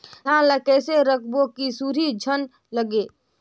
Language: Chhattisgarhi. धान ल कइसे रखव कि सुरही झन लगे?